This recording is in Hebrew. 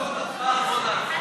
נעבור להצעה לסדר-היום